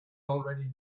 already